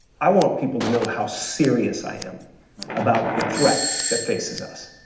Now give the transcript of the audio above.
i want people to know how serious i am about the threat that faces us,